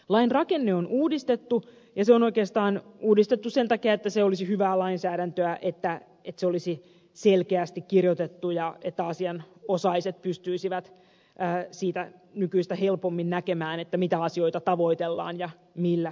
lain rakenne on uudistettu ja se on oikeastaan uudistettu sen takia että se olisi hyvää lainsäädäntöä että se olisi selkeästi kirjoitettu niin että asianosaiset pystyisivät siitä nykyistä helpommin näkemään mitä asioita tavoitellaan ja millä säännöillä